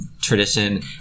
tradition